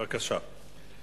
בבקשה.